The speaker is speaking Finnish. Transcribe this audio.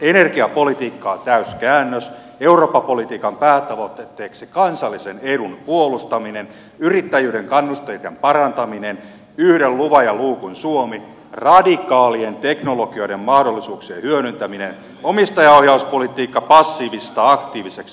energiapolitiikkaan täyskäännös eurooppa politiikan päätavoitteeksi kansallisen edun puolustaminen yrittäjyyden kannusteiden parantaminen yhden luvan ja luukun suomi radikaalien teknologioiden mahdollisuuksien hyödyntäminen omistajaohjauspolitiikka passiivisesta aktiiviseksi